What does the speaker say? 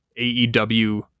AEW